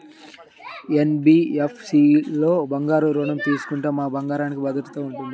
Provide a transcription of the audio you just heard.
NBFC లలో బంగారు ఋణం తీసుకుంటే మా బంగారంకి భద్రత ఉంటుందా?